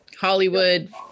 Hollywood